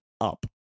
up